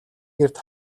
гэрт